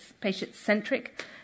patient-centric